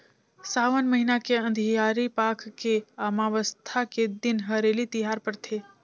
सावन महिना के अंधियारी पाख के अमावस्या के दिन हरेली तिहार परथे